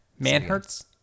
Manhurts